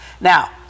Now